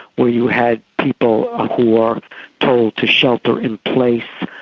where you had people ah who were told to shelter in place,